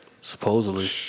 supposedly